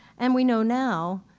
and we know now,